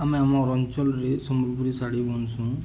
ଆମେ ଆମର୍ ଅଞ୍ଚଳରେ ସମ୍ବଲପୁରୀ ଶାଢ଼ୀ ବନସୁଁ